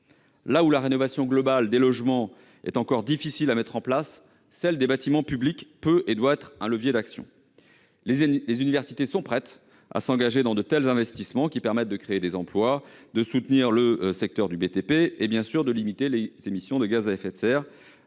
Là où la rénovation globale des logements est encore difficile à mettre en place, celle des bâtiments publics peut et doit être un levier d'action. Les universités sont prêtes à s'engager dans de tels investissements, qui permettent de créer des emplois, de soutenir le secteur du BTP et de limiter les émissions de gaz à effet de serre.